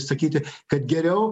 sakyti kad geriau